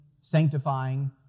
sanctifying